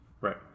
Right